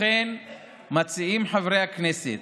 לכן מציעים חברי הכנסת